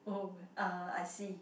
oh uh I see